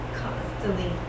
constantly